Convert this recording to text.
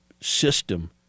system